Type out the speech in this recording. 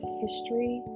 history